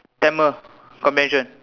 Tamil comprehension